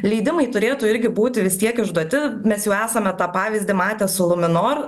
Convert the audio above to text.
leidimai turėtų irgi būti vis tiek išduoti mes jau esame tą pavyzdį matę su luminor